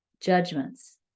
judgments